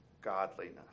godliness